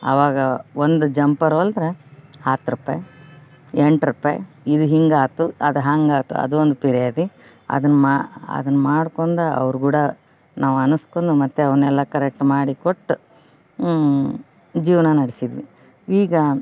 ಆವಾಗ ಒಂದು ಜಂಪರ್ ಹೊಲ್ದ್ರ ಹತ್ತು ರೂಪಾಯಿ ಎಂಟು ರೂಪಾಯಿ ಇದು ಹಿಂಗಾತು ಅದು ಹಂಗಾತು ಅದೊಂದು ಪಿರ್ಯಾದಿ ಅದನ್ನು ಮಾ ಅದನ್ನ ಮಾಡ್ಕೊಂದ ಅವ್ರಕೂಡ ನಾವು ಅನಸ್ಕಂದು ಮತ್ತೆ ಅವನ್ನೆಲ್ಲಾ ಕರೆಕ್ಟ್ ಮಾಡಿಕೊಟ್ಟು ಜೀವನ ನೆಡ್ಸಿದ್ವಿ ಈಗ